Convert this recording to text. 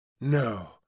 No